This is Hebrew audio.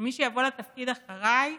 שמי שיבוא לתפקיד אחריי